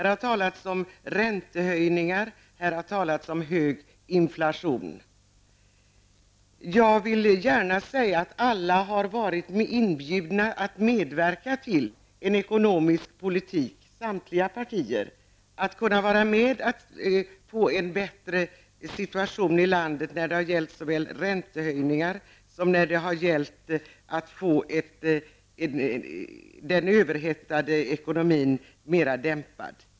Det har också talats om räntehöjningar och om hög inflation. Jag vill då framhålla att samtliga partier har varit inbjudna att medverka till en ekonomisk politik. Alla kunde alltså vara med i arbetet med att åstadkomma en bättre situation här i landet såväl när det har gällt räntehöjningar som när det har gällt att åstadkomma en dämpning i fråga om den överhettade ekonomin.